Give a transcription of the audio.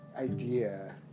idea